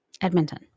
Edmonton